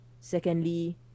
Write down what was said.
secondly